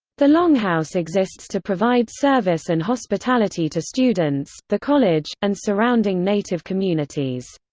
the longhouse exists to provide service and hospitality to students, the college, and surrounding native communities.